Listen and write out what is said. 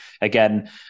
Again